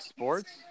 Sports